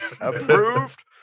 Approved